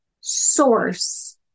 source